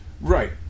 Right